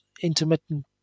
intermittent